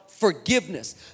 forgiveness